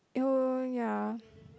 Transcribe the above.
so ya